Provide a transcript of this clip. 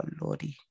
Lordy